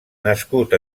nascut